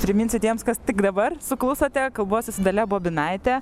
priminsiu tiems kas tik dabar suklusote kalbuosi su dalia bobinaite